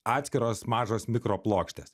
atskiros mažos mikroplokštės